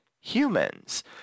humans